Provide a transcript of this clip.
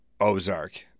Ozark